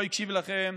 לא הקשיב לכם